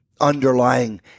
underlying